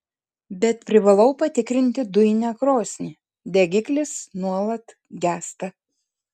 bet privalau patikrinti dujinę krosnį degiklis nuolat gęsta